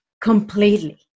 completely